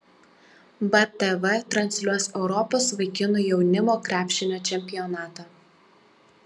btv transliuos europos vaikinų jaunimo krepšinio čempionatą